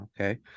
Okay